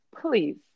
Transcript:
please